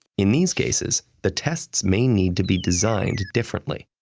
in these cases, the tests may need to be designed differently.